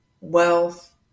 wealth